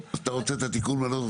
שמוצע פה מאוד דומה לו,